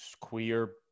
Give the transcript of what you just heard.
queer